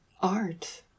art